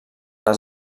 les